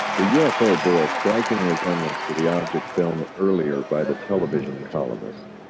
the ufo bore a striking resemblance to the object filmed earlier by the television columnist